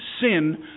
sin